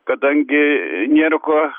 kadangi nėra kuo